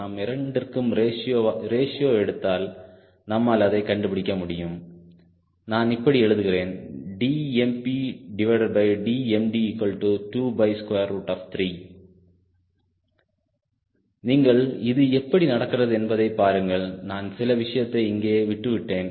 நாம் இரண்டிற்கும் ரேஷியோ எடுத்தால் நம்மால் அதை கண்டுபிடிக்க முடியும் நான் இப்படி எழுதுகிறேன் DmPDmD23 நீங்கள் இது எப்படி நடக்கிறது என்பதை பாருங்கள் நான் சில விஷயத்தை இங்கே விட்டுவிட்டேன்